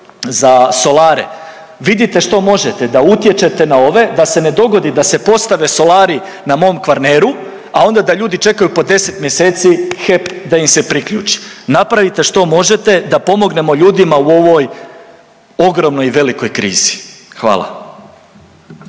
za solare, vidite što možete da utječete na ove da se ne dogodi da se postave solari na mom Kvarneru, a onda da ljudi čekaju po 10 mjeseci HEP da im se priključi. Napravite što možete da pomognemo ljudima u ovoj ogromnoj i velikoj krizi. Hvala.